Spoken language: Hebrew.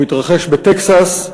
הוא התרחש בטקסס,